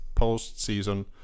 postseason